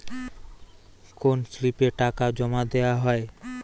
কোন স্লিপে টাকা জমাদেওয়া হয়?